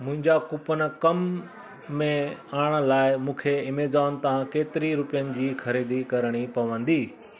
मुंहिंजा कूपन कमु में आणण लाइ मूंखे इमेज़ॉन था केतिरी रुपयनि जी ख़रीदी करिणी पवंदी